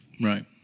right